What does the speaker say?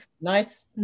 nice